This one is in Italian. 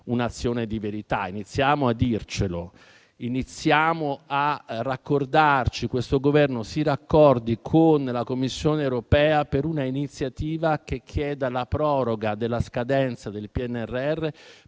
un'azione di verità: iniziamo a dircelo, iniziamo a raccordarci, questo Governo si raccordi con la Commissione europea per un'iniziativa che chieda la proroga delle scadenze